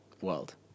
world